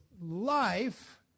life